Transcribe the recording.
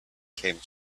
came